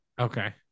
Okay